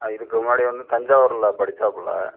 இதுக்கு முன்னாடி வந்து தஞ்சாவூரில் படிச்சாப்புல